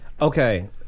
Okay